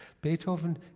Beethoven